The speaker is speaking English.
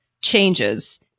changes